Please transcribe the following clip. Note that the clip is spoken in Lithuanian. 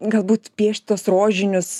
galbūt piešt tuos rožinius